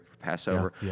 Passover